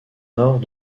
nord